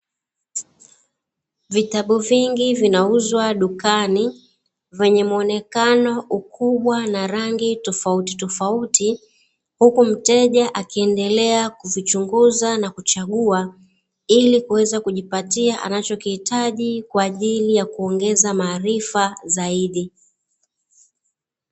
Vitabu vingi vinauzwa dukani, vyenye muonekano, ukubwa na rangi tofautitofauti, huku mteja akiendelea kuvichunguza na kuchagua ili kuweza kujipatia anachokihitaji kwa ajili ya kuongeza maarifa zaidi.